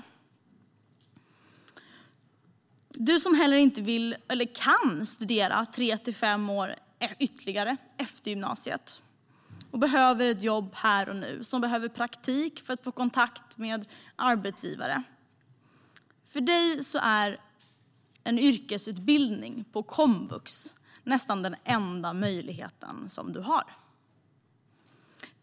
För dig som inte vill, eller kan, studera tre till fem år ytterligare efter gymnasiet och behöver ett jobb här och nu och för dig som behöver praktik för att få kontakt med arbetsgivare är en yrkesutbildning på komvux nästan den enda möjligheten.